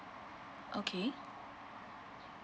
okay